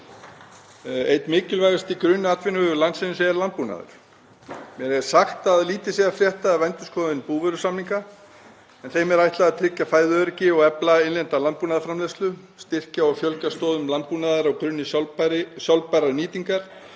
Einn mikilvægasti grunnatvinnuvegur landsins er landbúnaður. Mér er sagt að lítið sé að frétta af endurskoðun búvörusamninga en þeim er ætlað að tryggja fæðuöryggi og efla innlenda landbúnaðarframleiðslu, styrkja og fjölga stoðum landbúnaðar á grunni sjálfbærrar nýtingar